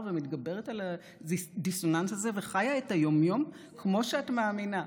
ומתגברת על הדיסוננס הזה וחיה את היום-יום כמו שאת מאמינה.